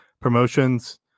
promotions